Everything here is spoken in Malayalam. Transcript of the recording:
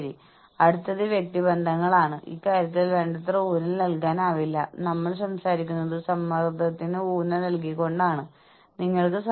ജീവനക്കാരുടെ സ്റ്റോക്ക് ഉടമസ്ഥാവകാശ പദ്ധതികൾ ആളുകൾക്ക് സംഘടനാപരമായ പ്രോത്സാഹനങ്ങൾ നൽകുന്നതിനുള്ള മറ്റൊരു മാർഗമാണ്